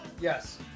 Yes